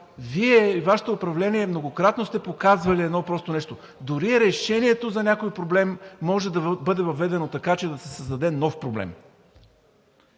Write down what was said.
Вие и Вашето управление многократно сте показвали едно просто нещо и дори решението за някой проблем може да бъде въведено така, че да се създаде нов проблем…